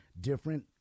different